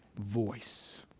voice